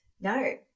no